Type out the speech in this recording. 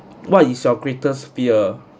what is your greatest fear